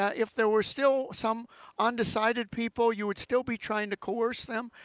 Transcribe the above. ah if there were still some undecided people you would still be trying to coerce them.